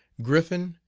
griffin,